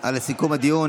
על סיכום הדיון.